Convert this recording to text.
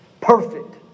perfect